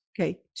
Okay